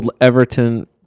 everton